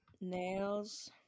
Nails